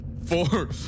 Four